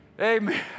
Amen